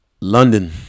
london